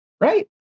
right